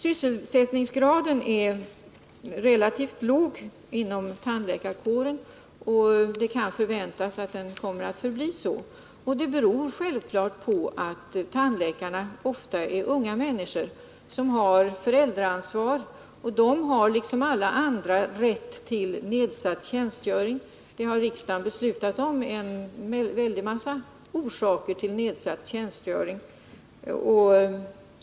Sysselsättningsgraden är relativt låg inom tandläkarkåren, och det kan förväntas att den kommer att förbli så. Det beror självfallet på att tandläkarna ofta är unga människor, som har föräldraansvar, och de har liksom alla andra rätt till nedsatt tjänstgöring. Riksdagen har beslutat att en mängd skäl skall ge rätt till nedsatt tjänstgöring.